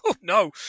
No